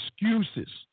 excuses